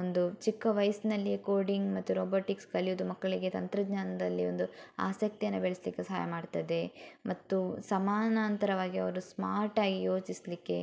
ಒಂದು ಚಿಕ್ಕ ವಯಸ್ನಲ್ಲಿಯೆ ಕೋಡಿಂಗ್ ಮತ್ತು ರೋಬೊಟಿಕ್ಸ್ ಕಲಿಯೋದು ಮಕ್ಕಳಿಗೆ ತಂತ್ರಜ್ಞಾನದಲ್ಲಿ ಒಂದು ಆಸಕ್ತಿಯನ್ನು ಬೆಳೆಸ್ಲಿಕ್ಕೂ ಸಹಾಯ ಮಾಡ್ತದೆ ಮತ್ತು ಸಮಾನಾಂತರವಾಗಿ ಅವರು ಸ್ಮಾರ್ಟ್ ಆಗಿ ಯೋಚಿಸಲಿಕ್ಕೆ